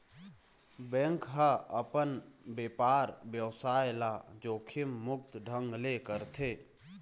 bank ह अपन बेपार बेवसाय ल जोखिम मुक्त ढंग ले करथे